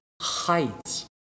heights